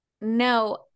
no